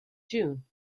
june